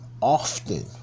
often